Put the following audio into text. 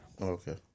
okay